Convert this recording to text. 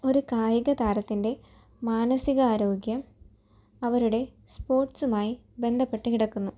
ഒരു കായിക താരത്തിൻ്റെ മാനസികാരോഗ്യം അവരുടെ സ്പോർട്സുമായി ബന്ധപ്പെട്ടു കിടക്കുന്നു